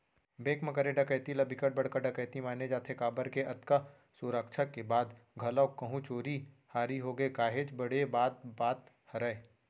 bank म करे डकैती ल बिकट बड़का डकैती माने जाथे काबर के अतका सुरक्छा के बाद घलोक कहूं चोरी हारी होगे काहेच बड़े बात बात हरय